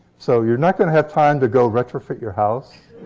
so you're not going to have time to go retrofit your house.